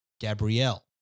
Gabrielle